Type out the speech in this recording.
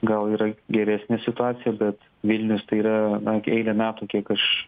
gal yra geresnė situacija bet vilnius tai yra na eilę metų kiek aš